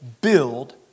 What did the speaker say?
build